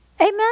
Amen